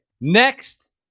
Next